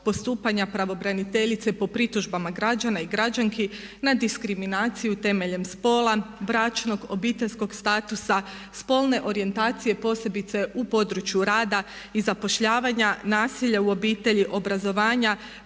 postupanje pravobraniteljice po pritužbama građana i građanki na diskriminaciju temeljem spola, bračnog, obiteljskog statusa, spolne orijentacije posebice u području rada i zapošljavanja, nasilja u obitelji, obrazovanja,